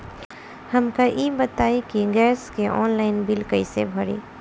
हमका ई बताई कि गैस के ऑनलाइन बिल कइसे भरी?